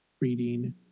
reading